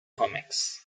comics